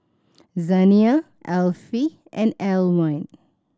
Zaniyah Alfie and Alwine